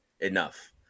enough